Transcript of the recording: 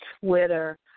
Twitter